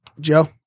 Joe